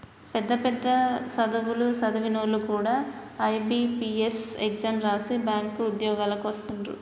పెద్ద పెద్ద సదువులు సదివినోల్లు కూడా ఐ.బి.పీ.ఎస్ ఎగ్జాం రాసి బ్యేంకు ఉద్యోగాలకు వస్తున్నరు